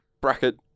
bracket